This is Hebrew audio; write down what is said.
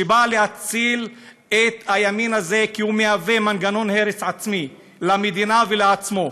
שבא להציל את הימין הזה כי הוא מהווה מנגנון הרס עצמי למדינה ולעצמו,